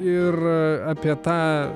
ir apie tą